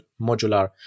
modular